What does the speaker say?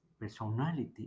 personality